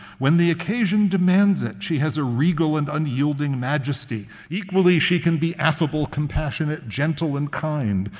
when the occasion demands it, she has a regal and unyielding majesty. equally, she can be affable, compassionate, gentle, and kind,